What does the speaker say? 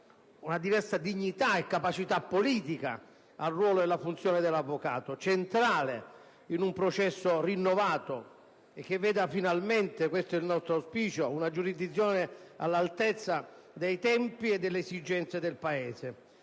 dimensione, dignità e capacità politica al ruolo e alla funzione dell'avvocato, centrale in un processo rinnovato, che veda finalmente - questo è il nostro auspicio - una giurisdizione all'altezza dei tempi e delle esigenze del Paese.